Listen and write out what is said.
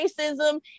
racism